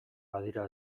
badira